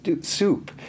soup